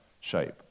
shape